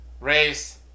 race